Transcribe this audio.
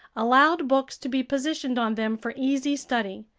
allowed books to be positioned on them for easy study.